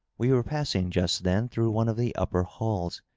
we were passing, just then, through one of the upper halls.